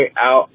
out